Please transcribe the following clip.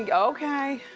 yeah okay.